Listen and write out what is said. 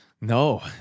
No